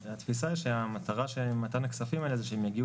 התפיסה שהמטרה של מתן הכספים האלה זה שהם יגיעו